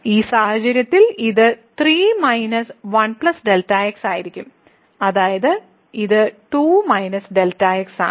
ഈ സാഹചര്യത്തിൽ ഇത് 3 - 1Δx ആയിരിക്കും അതായത് ഇത് 2 Δx ആണ്